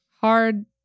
hard